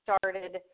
started